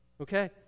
Okay